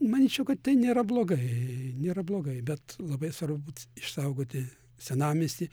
manyčiau kad tai nėra blogai nėra blogai bet labai svarbu būti išsaugoti senamiestį